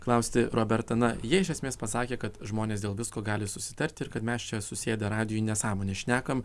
klausti roberta na jie iš esmės pasakė kad žmonės dėl visko gali susitarti ir kad mes čia susėdę radijuj nesąmones šnekam